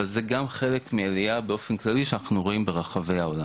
אבל זה גם חלק מעלייה באופן כללי שאנחנו רואים ברחבי העולם